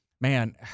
man